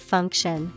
Function